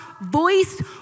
voice